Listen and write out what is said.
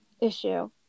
issue